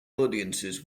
audiences